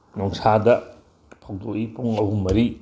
ꯅꯨꯡꯁꯥꯗ ꯐꯧꯗꯣꯛꯏ ꯄꯨꯡ ꯑꯍꯨꯝ ꯃꯔꯤ